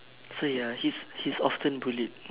so ya he's he's often bullied